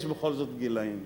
יש בכל זאת גילאים,